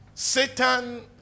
Satan